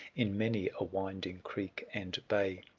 in many a winding creek and bay,